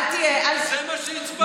זה מה שהצבעת.